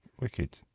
wicked